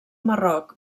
marroc